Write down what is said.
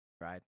right